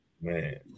Man